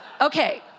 Okay